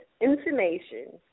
information